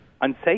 unsafe